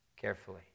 carefully